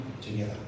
together